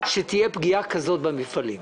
שתהיה פגיעה כזאת במפעלים.